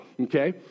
okay